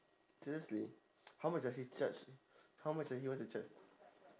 seriously how much does he charge how much does he want to charge